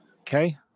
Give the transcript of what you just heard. okay